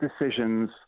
decisions